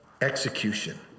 execution